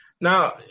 Now